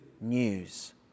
news